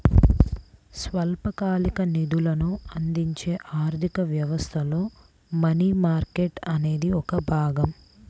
స్వల్పకాలిక నిధులను అందించే ఆర్థిక వ్యవస్థలో మనీ మార్కెట్ అనేది ఒక భాగం